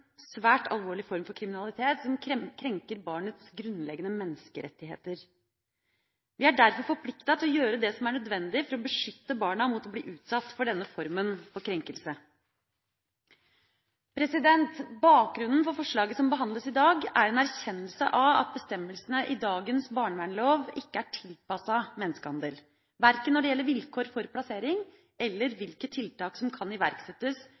svært alvorlig form for kriminalitet som krenker barnets grunnleggende menneskerettigheter. Vi er derfor forpliktet til å gjøre det som er nødvendig for å beskytte barna mot å bli utsatt for denne formen for krenkelse. Bakgrunnen for forslaget som behandles i dag, er en erkjennelse av at bestemmelsene i dagens barnevernlov ikke er tilpasset menneskehandel, verken når det gjelder vilkår for plassering, eller hvilke tiltak som kan iverksettes